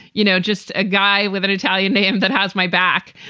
you know, just a guy with an italian name that has my back.